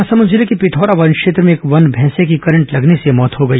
महासमुंद जिले के पिथौरा वन क्षेत्र में एक वन भैंसे की करंट लगने से मौत हो गई